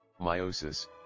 Meiosis